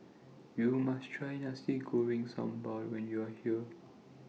YOU must Try Nasi Goreng Sambal when YOU Are here